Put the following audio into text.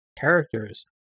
characters